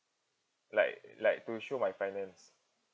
like like to show my finance